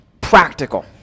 practical